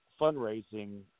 fundraising